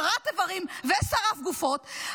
כרת איברים ושרף גופות,